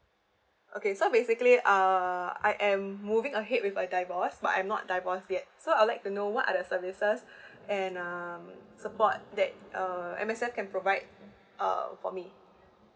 okay so basically uh I am moving ahead with a divorce but I'm not divorce yet so I would like to know what are the services and um support that uh M_S_F can provide uh for me